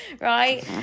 right